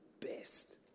best